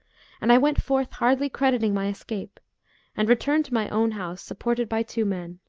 and i went forth hardly crediting my escape and returned to my own house, supported by two men.